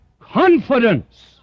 confidence